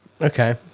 Okay